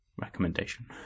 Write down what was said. recommendation